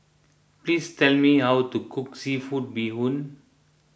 please tell me how to cook Seafood Bee Hoon